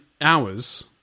hours